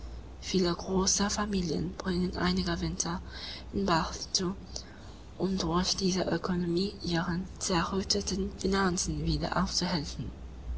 viele große familien bringen einige winter in bath zu um durch diese ökonomie ihren zerrütteten finanzen wieder aufzuhelfen